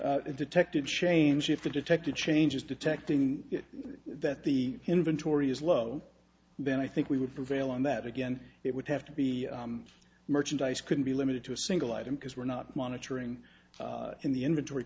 that detected change if they detected changes detecting that the inventory is low then i think we would prevail on that again it would have to be merchandise couldn't be limited to a single item because we're not monitoring in the inventory